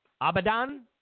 Abadan